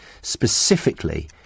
specifically